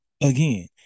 again